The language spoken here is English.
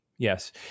Yes